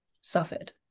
suffered